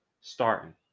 starting